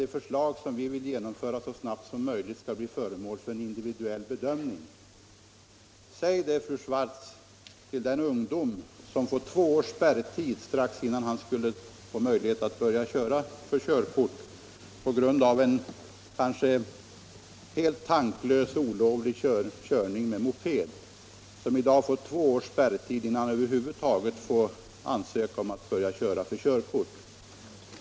Det förslag som vi vill genomföra så snabbt som möjligt förutsätter en individuell bedömning. Säg det, fru Swartz, till en ung person som på grund av en kanske helt tanklös olovlig körning med moped har fått två års spärrtid strax innan han över huvud taget kan börja övningsköra för körkort.